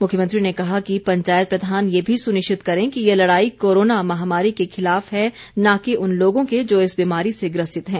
मुख्यमंत्री ने कहा कि पंचायत प्रधान ये भी सुनिश्चित करें कि ये लड़ाई कोरोना महामारी के खिलाफ है न कि उन लोगों के जो इस बीमारी से ग्रसित हैं